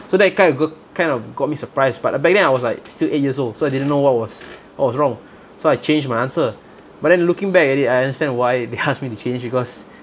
so that kind of go~ kind of got me surprised but uh back then I was like still eight years old so I didn't know what was what was wrong so I changed my answer but then looking back at it I understand why they ask me to change because